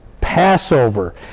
Passover